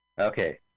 Okay